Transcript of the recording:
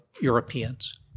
Europeans